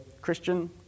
Christian